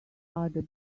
other